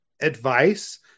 advice